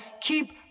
keep